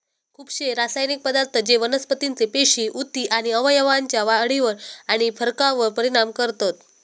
खुपशे रासायनिक पदार्थ जे वनस्पतीचे पेशी, उती आणि अवयवांच्या वाढीवर आणि फरकावर परिणाम करतत